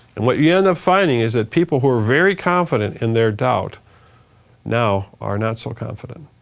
and what you end up finding is that people who are very confident in their doubt now are not so confident.